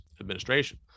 administration